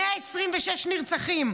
126 נרצחים,